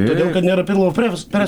todėl kad nėra pilvo presas preso